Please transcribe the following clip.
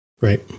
right